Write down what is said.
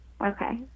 Okay